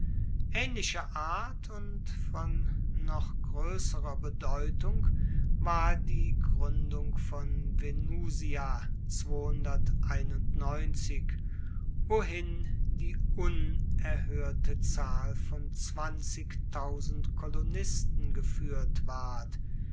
aehnlicher art und von noch groesserer bedeutung war die gruendung von venusia wohin die unerhoerte zahl von kolonisten gefuehrt ward